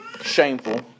shameful